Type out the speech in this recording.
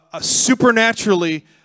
supernaturally